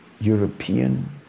European